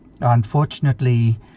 Unfortunately